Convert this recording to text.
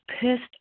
pissed